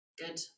Good